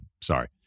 Sorry